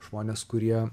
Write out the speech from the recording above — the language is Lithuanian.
žmonės kurie